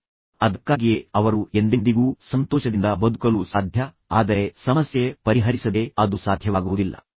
ಬಹುಶಃ ಅದಕ್ಕಾಗಿಯೇ ಅವರು ಎಂದೆಂದಿಗೂ ಸಂತೋಷದಿಂದ ಬದುಕಲು ಸಾಧ್ಯವಾಗುತ್ತದೆ ಆದರೆ ಸಮಸ್ಯೆಯನ್ನು ಪರಿಹರಿಸದೆ ಅದು ಸಾಧ್ಯವಾಗುವುದಿಲ್ಲ